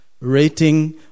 rating